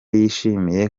yishimiye